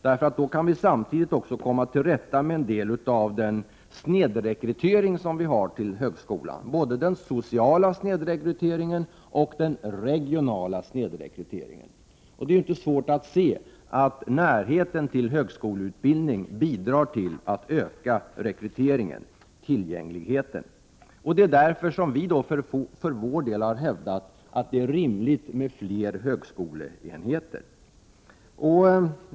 Därmed kan vi samtidigt komma till rätta med snedrekryteringen till — både den sociala och den regionala — högskolan. Det är inte svårt att se att närheten till högskoleutbildning bidrar till att öka rekryteringen. Det är därför som vi i centern hävdar att det är rimligt med fler högskoleenheter.